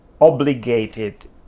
obligated